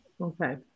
Okay